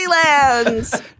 Disneyland